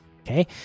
okay